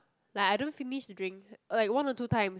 like I don't finish the drink like one or two times